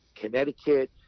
connecticut